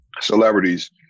celebrities